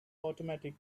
automatic